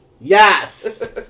Yes